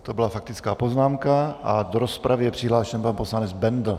To byla faktická poznámka a do rozpravy je přihlášen pan poslanec Bendl.